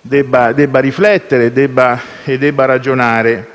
dovrà riflettere e ragionare.